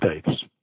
States